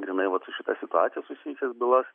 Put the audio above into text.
grynai vat su šita situacija susijusias bylas